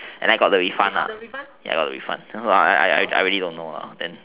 and then I got the refund ya I got the refund I I I really don't know lah then